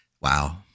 wow